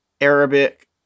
Arabic